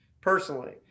personally